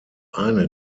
eine